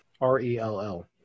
r-e-l-l